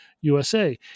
USA